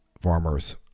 farmers